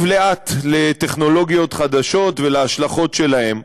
לאט על טכנולוגיות חדשות ועל ההשלכות שלהן.